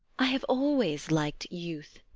i have always liked youth.